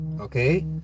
okay